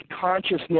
consciousness